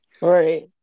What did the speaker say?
Right